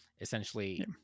essentially